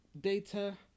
data